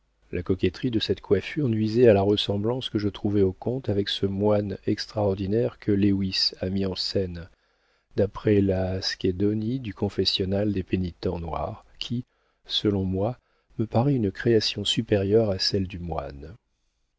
la coquetterie de cette coiffure nuisait à la ressemblance que je trouvais au comte avec ce moine extraordinaire que lewis a mis en scène d'après le schedoni du confessionnal des pénitents noirs qui selon moi me paraît une création supérieure à celle du moine